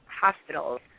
hospitals